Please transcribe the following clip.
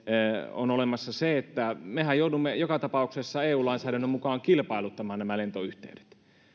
on se että mehän joudumme joka tapauksessa eu lainsäädännön mukaan kilpailuttamaan nämä lentoyhteydet